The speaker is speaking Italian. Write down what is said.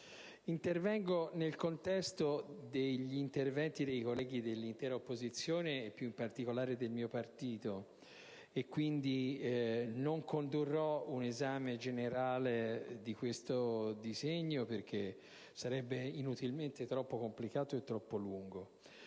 parola nel contesto degli interventi dei colleghi dell'intera opposizione e, più in particolare, del mio Gruppo, quindi non condurrò un esame generale di questo provvedimento, perché sarebbe inutilmente troppo complicato e troppo lungo.